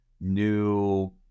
new